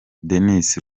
denis